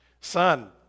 Son